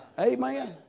Amen